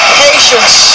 patience